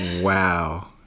Wow